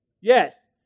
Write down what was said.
Yes